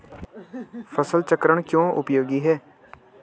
फसल चक्रण क्यों उपयोगी है?